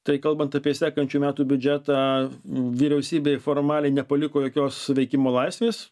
tai kalbant apie sekančių metų biudžetą vyriausybei formaliai nepaliko jokios veikimo laisvės